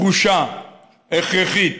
דרושה, הכרחית,